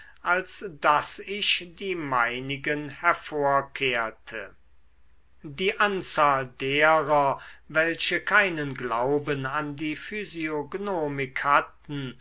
als daß ich die meinigen hervorkehrte die anzahl derer welche keinen glauben an die physiognomik hatten